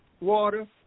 water